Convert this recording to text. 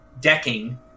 decking